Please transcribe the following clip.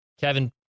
Kevin